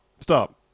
stop